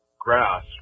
grass